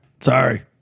Sorry